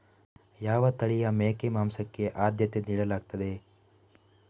ಯಾವ ತಳಿಯ ಮೇಕೆ ಮಾಂಸಕ್ಕೆ ಆದ್ಯತೆ ನೀಡಲಾಗ್ತದೆ?